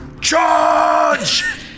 Charge